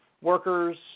workers